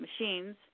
machines